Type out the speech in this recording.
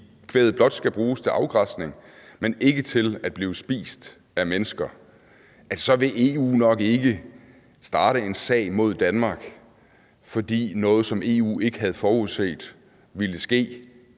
kvæget blot skal bruges til afgræsning, men ikke til at blive spist af mennesker, så vil EU nok ikke starte en sag mod Danmark, fordi noget, som EU ikke havde forudset ville ske,